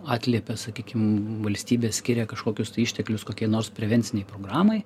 atliepia sakykim valstybė skiria kažkokius išteklius kokiai nors prevencinei programai